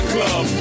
Club